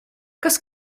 kas